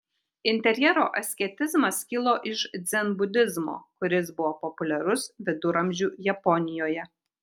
interjero asketizmas kilo iš dzenbudizmo kuris buvo populiarus viduramžių japonijoje